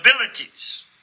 abilities